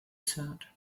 said